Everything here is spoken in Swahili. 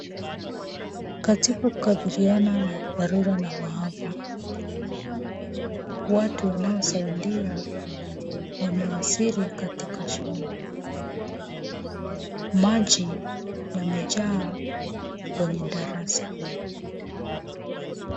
Katika kukabiliana na dharura na maafa, watu wanaosaidia wamewasili katika shule . Maji yamejaa kwenye darasa .